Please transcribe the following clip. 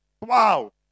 Wow